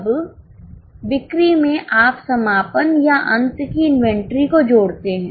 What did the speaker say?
अब बिक्री में आप समापन या अंत की इन्वेंटरी को जोड़ते हैं